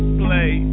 play